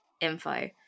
info